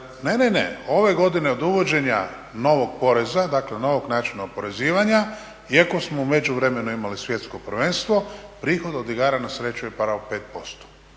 ne, ne, ne. Ove godine od uvođenja novog poreza, dakle novog načina oporezivanja iako smo u međuvremenu imali Svjetsko prvenstvo prihod od igara na sreću je pao 5%.